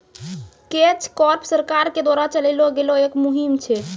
catch crop सरकार के द्वारा चलैलो गेलो एक मुहिम छै